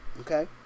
okay